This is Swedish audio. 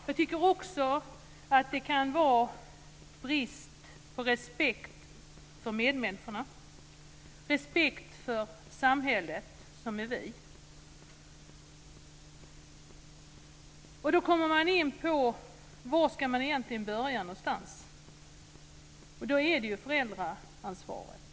Jag tycker också att det kan vara brist på respekt för medmänniskorna, respekt för samhället, som är vi. Var ska man egentligen börja någonstans? Där finns föräldraansvaret.